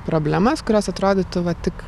problemas kurios atrodytų va tik